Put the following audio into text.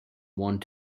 want